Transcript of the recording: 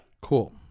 Cool